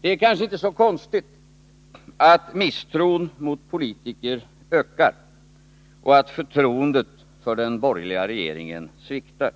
Det är kanske inte så konstigt att misstron mot politiker ökar och att förtroendet för den borgerliga regeringen sviktar.